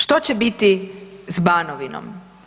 Što će biti s Banovinom?